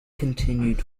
continued